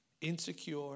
insecure